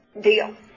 deal